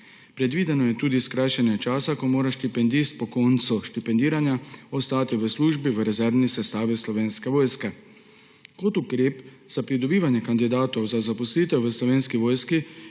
Predvideno je tudi skrajšanje časa, ko mora štipendist po koncu štipendiranja ostati v službi v rezervni sestavi Slovenske vojske. Kot ukrep za pridobivanje kandidatov za zaposlitev v Slovenski vojski